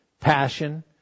passion